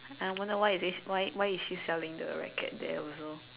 I wonder why is this why why is she selling the racket there also